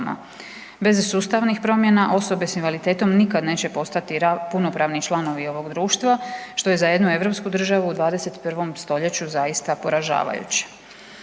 Bez sustavnih promjena osobe s invaliditetom nikada neće postati punopravni članovi ovog društva što je za jednu europsku državu u 21. stoljeću zaista poražavajuće.